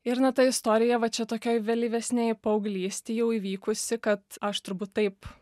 ir na ta istorija va čia tokioj vėlyvesnėj paauglystėj jau įvykusi kad aš turbūt taip